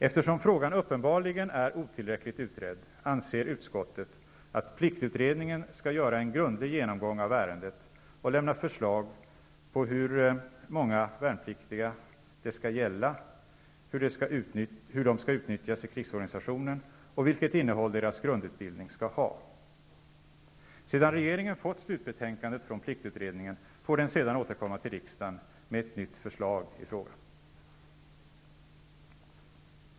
Eftersom frågan uppenbarligen är otillräckligt utredd, anser utskottet att pliktutredningen ska göra en grundlig genomgånmg av ärendet och lämna förslag till hur många värnpliktiga det skall gälla, hur de skall utnyttjas i krigsorganisationen och vilket innehåll deras grundutbildning skall ha. Sedan regeringen fått slutbetänkandet från pliktutredningen får den sedan återkomma till riksdagen med ett nytt förslag i frågan.